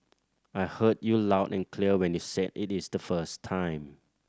I heard you loud and clear when you said it is the first time